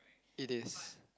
it is